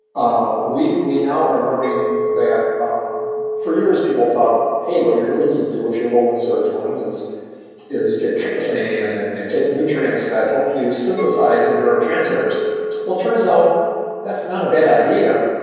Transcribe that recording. ah we we now are learning that for years people thought, hey, what you really need to do if you're low in serotonin is is get tryptophan, and and and take nutrients that help you synthesize the neuro transmitters. well, it turns out that's not a bad idea,